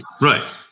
Right